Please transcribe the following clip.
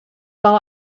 bau